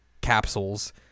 capsules